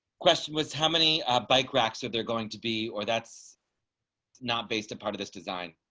question was, how many bike racks or they're going to be or that's not based a part of this design.